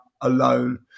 alone